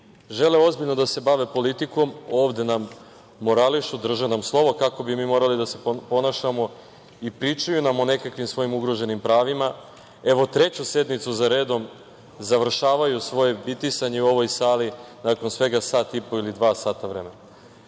žele ozbiljno da se bave politikom ovde nam morališu, države nam slovo kako bi mi morali da se ponašamo i pričaju nam o nekakvim svojim ugroženim pravima. Evo, treću sednicu za redom završavaju svoje bitisanje u ovoj sali nakon svega sat i po ili dva sata vremena. Mislim